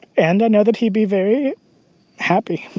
and i know that he'd be very happy.